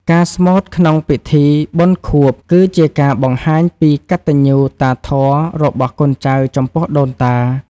ការស្មូតក្នុងពិធីបុណ្យខួប គឺជាការបង្ហាញពីកតញ្ញូតាធម៌របស់កូនចៅចំពោះដូនតា។